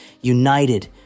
united